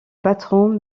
patron